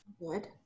good